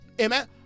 amen